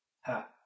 Ha